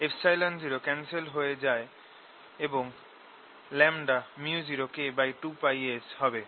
0 cancel হয়ে যেটা µ0K2πS হবে